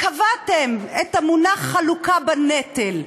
קבעתם את המונח "חלוקה בנטל".